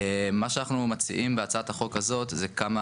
מה שאנחנו מציעים בהצעת החוק הזאת זה כמה